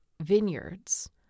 vineyards